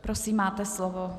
Prosím, máte slovo.